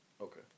Okay